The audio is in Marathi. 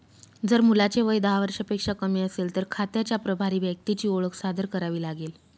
जर मुलाचे वय दहा वर्षांपेक्षा कमी असेल, तर खात्याच्या प्रभारी व्यक्तीची ओळख सादर करावी लागेल